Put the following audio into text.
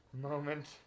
moment